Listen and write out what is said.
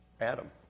Adam